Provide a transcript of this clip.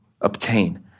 obtain